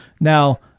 Now